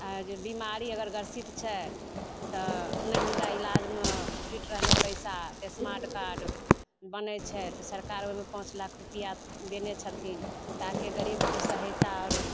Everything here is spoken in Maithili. आओर जे बीमारी अगर ग्रसित छै तऽ ने हमरा इलाजमे जुटि रहलइ पैसा स्मार्ट कार्ड बनय छै तऽ सरकार ओइमे पाँच लाख रुपैआ देने छथिन ताकि गरीबके सहायता और